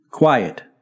Quiet